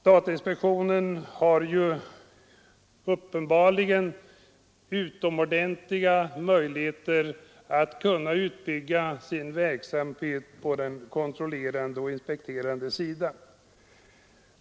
Datainspektionen har uppenbarligen utomordentliga möjligheter att utbygga sin verksamhet på den kontrollerande och inspekterande sidan.